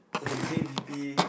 okay you think V_P